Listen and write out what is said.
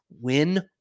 win